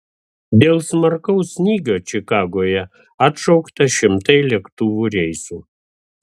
dėl smarkaus snygio čikagoje atšaukta šimtai lėktuvų reisų